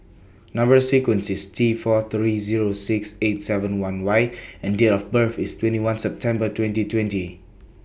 Number sequence IS T four three Zero six eight seven one Y and Date of birth IS twenty one September twenty twenty